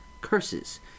curses